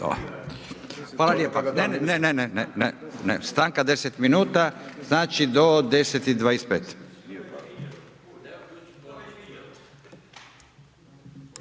se ne čuje./… Ne, ne, ne, ne, stanka 10 minuta, znači do 10,25.